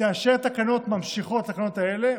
תאשר תקנות ממשיכות לתקנות האלה,